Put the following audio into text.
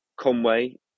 Conway